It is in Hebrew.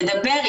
תדבר,